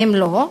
והם לא,